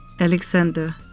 Alexander